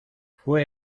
fue